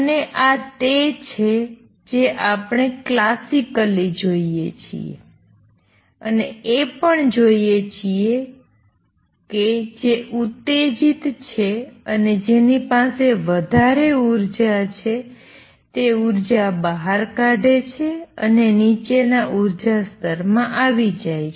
અને આ તે છે જે આપણે ક્લાસિકલી જોઈએ છીએ અને એ પણ જોઈએ છીએ કે જે ઉતેજીત છે અને જેની પાસે વધારે ઉર્જા છે તે ઉર્જા બહાર કાઢે છે અને નીચેના ઉર્જા સ્તર માં આવી જાય છે